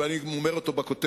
ואני גם אומר אותו בכותרת,